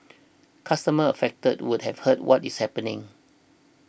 customers affected would have heard what is happening